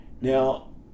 now